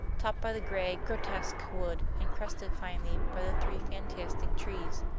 topped by the gray, grotesque wood, and crested finally by the three fantastic trees.